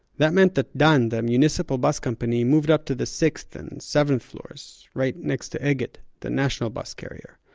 that meant that dan, the municipal bus company, moved up to the sixth and seventh floors, right next to egged the national bus carrier.